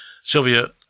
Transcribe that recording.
Sylvia